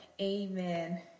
Amen